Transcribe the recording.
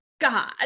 God